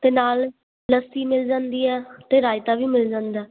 ਤੇ ਨਾਲ ਲੱਸੀ ਮਿਲ ਜਾਂਦੀ ਹ ਤੇ ਰਾਇਤਾ ਵੀ ਮਿਲ ਜਾਂਦਾ